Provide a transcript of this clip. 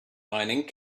mining